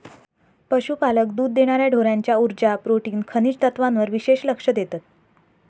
पशुपालक दुध देणार्या ढोरांच्या उर्जा, प्रोटीन, खनिज तत्त्वांवर विशेष लक्ष देतत